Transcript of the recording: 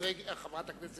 חברת הכנסת רגב.